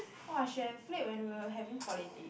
!wah! I should have played when we were having holidays